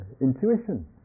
intuition